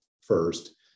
first